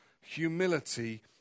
humility